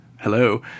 Hello